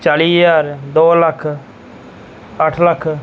ਚਾਲੀ ਹਜ਼ਾਰ ਦੋ ਲੱਖ ਅੱਠ ਲੱਖ